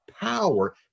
power